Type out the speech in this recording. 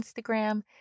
Instagram